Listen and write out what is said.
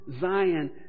Zion